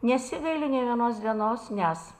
nesigailiu nei vienos dienos nes